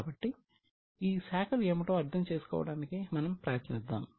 కాబట్టి ఈ శాఖలు ఏమిటో అర్థం చేసుకోవడానికి మనము ప్రయత్నిస్తాము